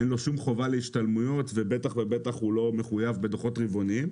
אין לו שום חובה להשתלמויות ובטח ובטח הוא לא מחויב בדו"חות רבעוניים,